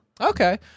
Okay